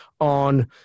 on